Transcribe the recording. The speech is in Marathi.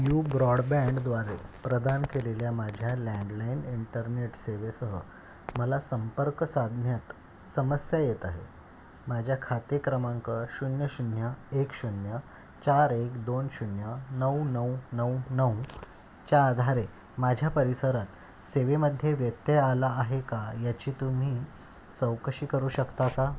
यू ब्रॉडबँडद्वारे प्रदान केलेल्या माझ्या लँडलाईन इंटरनेट सेवेसह मला संपर्क साधण्यात समस्या येत आहे माझ्या खाते क्रमांक शून्य शून्य एक शून्य चार एक दोन शून्य नऊ नऊ नऊ नऊ च्या आधारे माझ्या परिसरात सेवेमध्ये व्यत्यय आला आहे का याची तुम्ही चौकशी करू शकता का